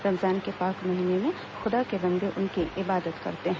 रमजान के पाक महीने में खुदा के बंदे उनकी इबादत करते हैं